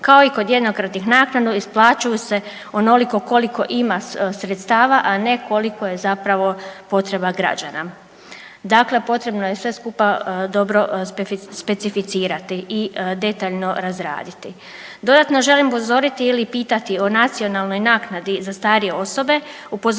Kao i kod jednokratnih naknada isplaćuju se onoliko koliko ima sredstava, a ne koliko je zapravo potreba građana. Dakle, potrebno je sve skupa dobro specificirati i detaljno razraditi. Dodatno želim upozoriti ili pitati o nacionalnoj naknadi za starije osobe. Upozoravali